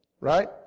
right